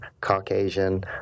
Caucasian